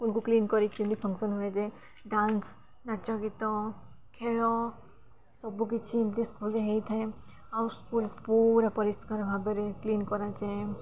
ସ୍କୁଲ୍କୁ କ୍ଲିନ୍ କରି କେମିତି ଫଙ୍କସନ୍ ହୁଏ ଯେ ଡାନ୍ସ ନାଚ ଗୀତ ଖେଳ ସବୁକିଛି ଏମିତି ସ୍କୁଲ୍ରେ ହେଇଥାଏ ଆଉ ସ୍କୁଲ୍ ପୁରା ପରିଷ୍କାର ଭାବରେ କ୍ଲିନ୍ କରାଯାଏ